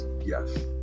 yes